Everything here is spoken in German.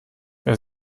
wer